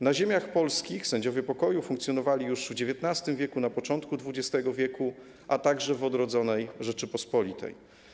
Na ziemiach polskich sędziowie pokoju funkcjonowali już w XIX w., na początku XX w., a także w odrodzonej Rzeczypospolitej.